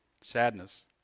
Sadness